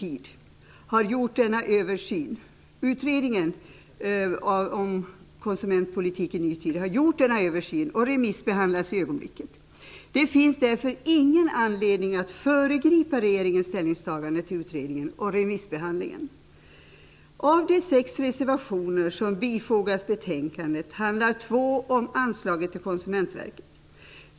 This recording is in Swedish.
I utredningen Konsumentpolitik i ny tid har en sådan översyn gjorts. Utredningen remissbehandlas för ögonblicket. Det finns därför ingen anledning att föregripa regeringens ställningstagande till utredningen och remissbehandlingen. Av de sex reservationer som fogats till betänkandet handlar två om anslaget till Konsumentverket.